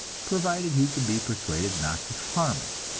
provided he can be persuaded not to farm it.